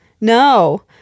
No